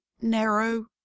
narrow